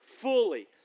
fully